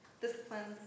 disciplines